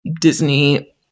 Disney